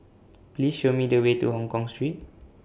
Please Show Me The Way to Hongkong Street